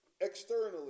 externally